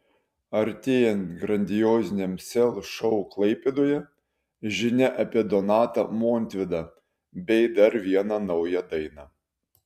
artėjant grandioziniam sel šou klaipėdoje žinia apie donatą montvydą bei dar vieną naują dainą